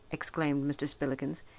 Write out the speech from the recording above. exclaimed mr. spillikins,